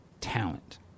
talent